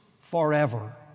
forever